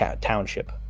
Township